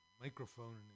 microphone